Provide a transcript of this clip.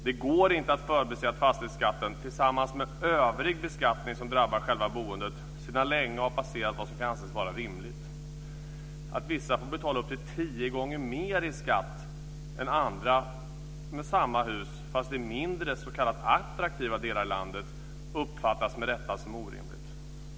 Det går inte att förbise att fastighetsskatten tillsammans med övrig beskattning som drabbar själva boendet sedan länge har passerat vad som kan anses vara rimligt. Att vissa får betala upp till tio gånger mer i skatt än andra med samma hus fast i s.k. mindre attraktiva delar av landet uppfattas med rätta som orimligt.